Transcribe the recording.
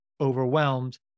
overwhelmed